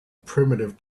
primitive